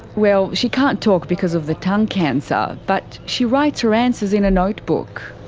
well, she can't talk because of the tongue cancer, but she writes her answers in a notebook.